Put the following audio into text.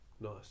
nice